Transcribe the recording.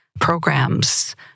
programs